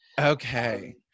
Okay